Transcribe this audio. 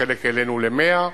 בחלק העלינו ל-100.